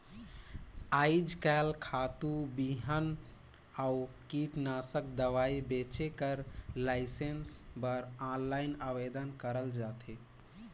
आएज काएल खातू, बीहन अउ कीटनासक दवई बेंचे कर लाइसेंस बर आनलाईन आवेदन करल जाथे